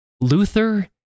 Luther